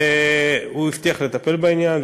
הוא הבטיח לטפל בעניין,